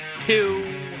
two